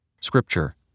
Scripture